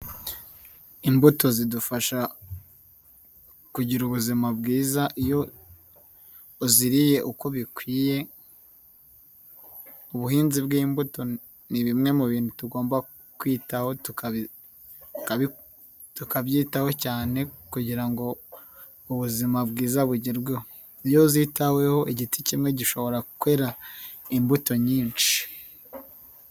Imbuto zidufasha kugira ubuzima bwiza iyo uziriye uko bikwiye, ubuhinzi bw'imbuto ni bimwe mu bintu tugomba kwitaho tukabyitaho cyane kugira ngo ubuzima bwiza bugerweho. Iyo zitaweho igiti kimwe gishobora kwera imbuto nyinshi.